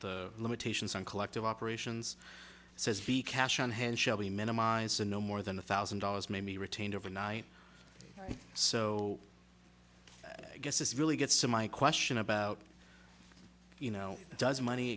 limitations on collective operations says he cash on hand shall be minimized to no more than a thousand dollars may be retained overnight so i guess this really gets to my question about you know does money